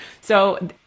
So-